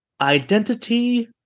identity